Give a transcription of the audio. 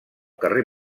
carrer